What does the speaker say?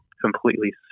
completely